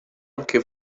anche